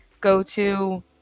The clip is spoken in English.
go-to